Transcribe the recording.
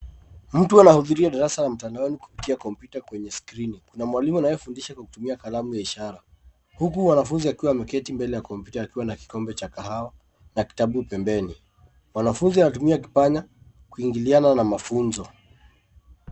Mtu anahudhuria darasa ya mtandaoni kupitia kompyuta kwenye skrini. Kuna mwalimu anayefundisha kwa kupitia kalamu ya ishara huku mwanafunzi akiwa ameketi mbele ya kompyuta akiwa na kikombe cha kahawa na kitabu pembeni. Mwanafunzi anatumia kipanya kuingiliana na mafunzo.